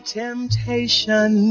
temptation